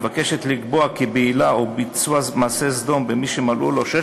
מבקשת לקבוע כי בעילה או ביצוע מעשה סדום במי שמלאו לו 16